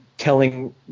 Telling